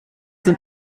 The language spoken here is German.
sind